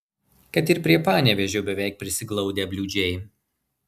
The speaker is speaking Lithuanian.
kad ir prie panevėžio beveik prisiglaudę bliūdžiai